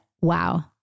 wow